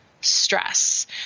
stress